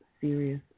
Serious